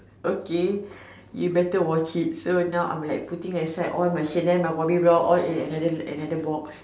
okay you better watch it so now I am like putting aside all my channel my Bobbybell all in another another box